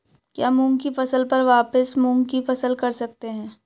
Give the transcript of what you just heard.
क्या मूंग की फसल पर वापिस मूंग की फसल कर सकते हैं?